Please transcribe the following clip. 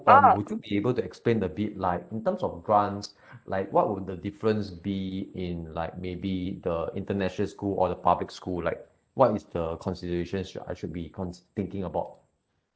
um would you be able to explain a bit like in terms of grants like what will the difference be in like maybe the international school or the public school like what is the considerations should I should be cons~ thinking about